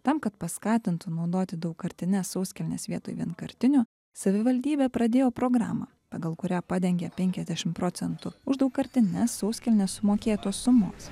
tam kad paskatintų naudoti daugkartines sauskelnes vietoj vienkartinių savivaldybė pradėjo programą pagal kurią padengė penkiasdešim procentų už daugkartines sauskelnes sumokėtos sumos